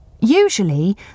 Usually